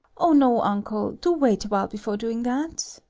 oh no, uncle do wait awhile before doing that!